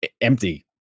empty